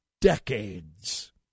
decades